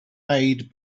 made